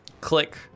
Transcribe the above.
Click